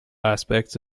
aspects